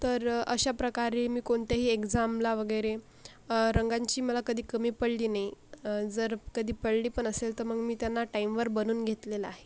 तर अशा प्रकारे मी कोणत्याही एक्झामला वगैरे रंगांची मला कधी कमी पडली नाही जर कधी पडली पण असेल तर मग मी त्यांना टाईमवर बनवून घेतलेलं आहे